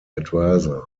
advisor